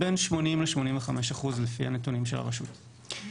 בין 80% ל-85% לפי הנתונים של הרשות.